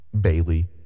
Bailey